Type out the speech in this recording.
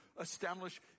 establish